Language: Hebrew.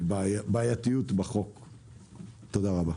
תודה רבה.